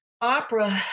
opera